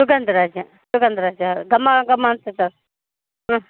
ಸುಗಂಧ ರಾಜ ಸುಗಂಧ ರಾಜ ಘಮ ಘಮ ಅಂತ ಹ್ಞೂ